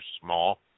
small